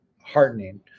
heartening